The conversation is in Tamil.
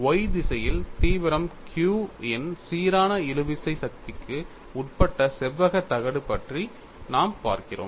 Y திசையில் தீவிரம் q இன் சீரான இழுவிசை சக்திக்கு உட்பட்ட செவ்வக தகடு பற்றி நாம் பார்க்கிறோம்